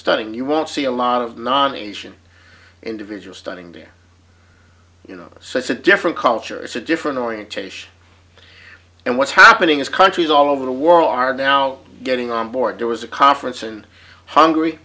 studying you won't see a lot of naani individual standing there you know so it's a different culture it's a different orientation and what's happening is countries all over the world are now getting on board there was a conference and hungary